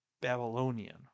Babylonian